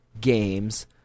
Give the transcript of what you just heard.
games